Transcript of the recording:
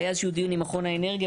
היה איזשהו דיון עם מכון האנרגיה,